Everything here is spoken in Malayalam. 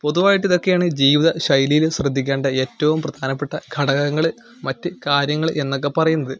പൊതുവായിട്ട് ഇതൊക്കെയാണ് ജീവിത ശൈലിയിൽ ശ്രദ്ധിക്കേണ്ട ഏറ്റവും പ്രധാനപ്പെട്ട ഘടകങ്ങൾ മറ്റ് കാര്യങ്ങൾ എന്നൊക്കെ പറയുന്നത്